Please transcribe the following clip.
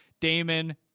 Damon